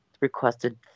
requested